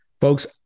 Folks